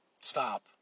stop